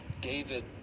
david